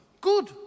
good